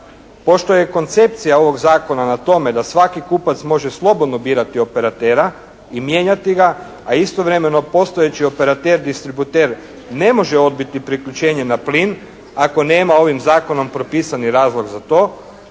Pošto je koncepcija ovog zakona na tome da svaki kupac može slobodno birati operatera i mijenjati ga, a istovremeno postojeći operater distributer ne može odbiti priključenje na plin ako nema ovim zakonom propisani razlog za to,